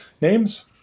names